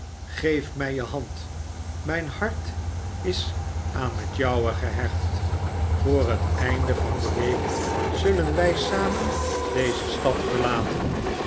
geef mij je hand mijn hart is aan het jouwe gehecht voor het einde van de week zullen wij samen deze stad verlaten